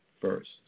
first